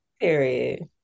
Period